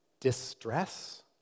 Distress